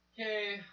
Okay